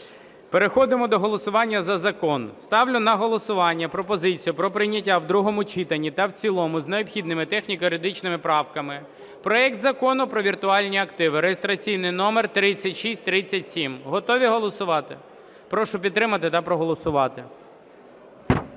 Переходимо до голосування за закон. Ставлю на голосування пропозицію про прийняття в другому читанні та в цілому з необхідними техніко-юридичними правками проект Закону про віртуальні активи (реєстраційний номер 3637). Готові голосувати? Прошу підтримати та проголосувати.